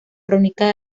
crónica